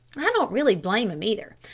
i don't really blame him, either.